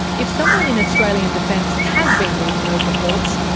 if someone in australian defence has been reading those reports,